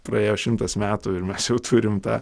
praėjo šimtas metų ir mes jau turim tą